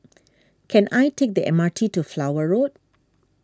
can I take the M R T to Flower Road